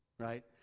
Right